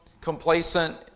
complacent